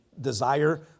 desire